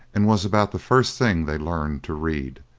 and was about the first thing they learned to read.